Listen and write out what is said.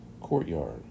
courtyard